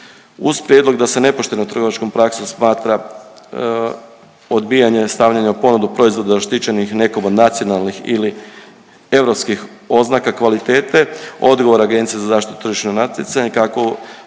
Uz prijedlog da se nepoštenom trgovačkom praksom smatra odbijanje stavljanja u ponudu proizvoda zaštićenih nekom od nacionalnih ili europskih oznaka kvalitete, odgovor Agencije za zaštitu tržišnog natjecanja kako